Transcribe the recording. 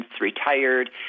retired